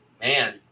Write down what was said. man